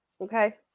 Okay